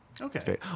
Okay